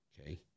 Okay